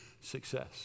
success